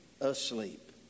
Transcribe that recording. asleep